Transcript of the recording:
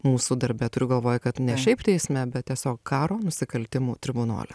mūsų darbe turiu galvoj kad ne šiaip teisme bet tiesiog karo nusikaltimų tribunole